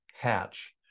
Hatch